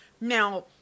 Now